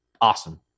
awesome